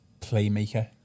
playmaker